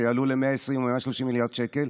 שיעלו ל-120 או 130 מיליארד שקל,